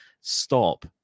Stop